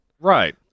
Right